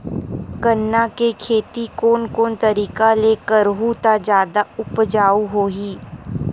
गन्ना के खेती कोन कोन तरीका ले करहु त जादा उपजाऊ होही?